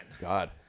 God